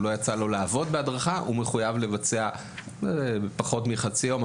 או שלא יצא לו לעבוד בהדרכה הוא מחויב לבצע פחות מחצי יום,